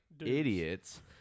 idiots